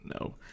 No